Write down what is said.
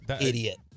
Idiot